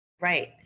right